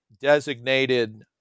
designated